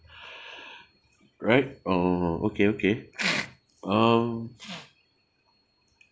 right oh okay okay um